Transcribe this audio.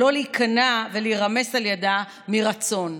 לא להיכנע ולהירמס על ידה מרצון.